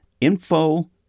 info